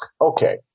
okay